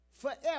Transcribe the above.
Forever